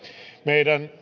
meidän